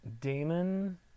Damon